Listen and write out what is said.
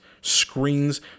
screens